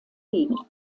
liegen